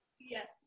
yes